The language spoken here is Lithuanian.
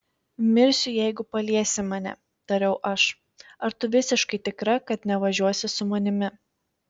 mirsiu jeigu paliesi mane tariau aš ar tu visiškai tikra kad nevažiuosi su manimi